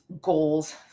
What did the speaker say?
goals